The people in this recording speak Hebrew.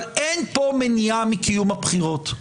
אבל אין פה מניעה מקיום הבחירות.